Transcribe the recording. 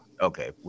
Okay